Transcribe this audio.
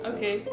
Okay